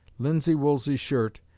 linsey-woolsey shirt,